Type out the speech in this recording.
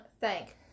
Thank